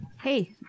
Hey